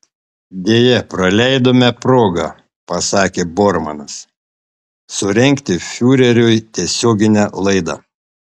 deja praleidome progą pasakė bormanas surengti fiureriui tiesioginę laidą